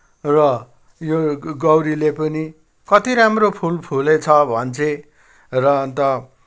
र यो गौरीले पनि कति राम्रो फुल फुलेछ भन्छे र अन्त